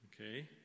Okay